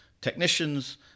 technicians